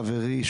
חברי,